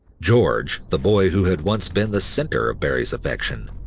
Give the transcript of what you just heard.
george, the boy who had once been the center of barrie's affection,